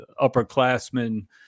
upperclassmen